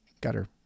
gutter